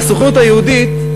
והסוכנות היהודית,